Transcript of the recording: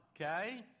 okay